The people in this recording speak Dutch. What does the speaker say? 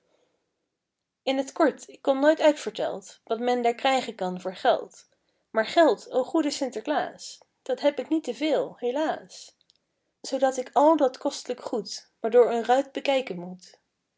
ik t kort ik kom nooit uitverteld wat men daar krijgen kan voor geld maar geld o goede sinterklaas dat heb ik niet te veel helaas zoo dat ik al dat kost'lijk goed maar door een ruit bekijken moet